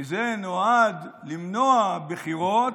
כי זה נועד למנוע בחירות,